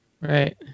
Right